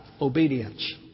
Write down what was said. Obedience